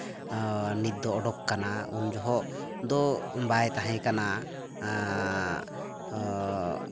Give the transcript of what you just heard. ᱱᱤᱛ ᱫᱚ ᱚᱰᱚᱠ ᱠᱟᱱᱟ ᱩᱱᱡᱚᱦᱚᱜ ᱫᱚ ᱵᱟᱭ ᱛᱟᱦᱮᱸᱠᱟᱱᱟ